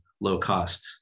low-cost